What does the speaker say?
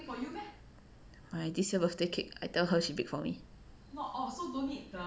my this year birthday cake I tell her she bake for me